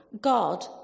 God